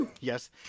Yes